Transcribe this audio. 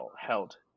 held